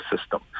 system